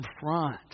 front